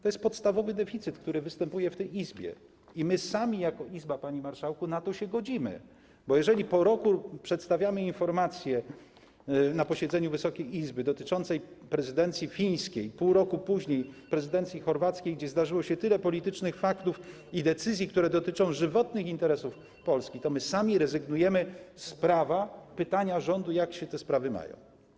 To jest podstawowy deficyt, który występuje w tej Izbie, i my sami jako Izba, panie marszałku, na to się godzimy, bo jeżeli po roku przedstawiamy informację na posiedzeniu Wysokiej Izby dotyczącą prezydencji fińskiej, pół roku później - prezydencji chorwackiej, gdzie zdarzyło się tyle politycznych faktów i decyzji, które dotyczą żywotnych interesów Polski, to my sami rezygnujemy z prawa do pytania rządu, jak się te sprawy mają.